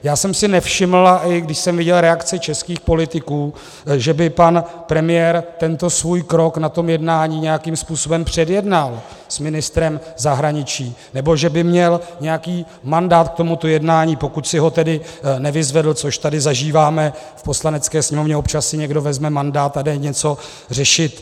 Já jsem si nevšiml, když jsem viděl reakce českých politiků, že by pan premiér tento svůj krok na tom jednání nějakým způsobem předjednal s ministrem zahraničí nebo že by měl nějaký mandát k tomuto jednání, pokud si ho tedy nevyzvedl, což tady zažíváme v Poslanecké sněmovně, občas si někdo vezme mandát a jde něco řešit.